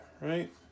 right